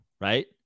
right